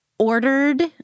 ordered